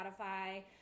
Spotify